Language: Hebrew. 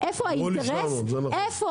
איפה האינטרסים נמצאים אצל